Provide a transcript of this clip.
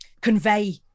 convey